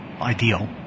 ideal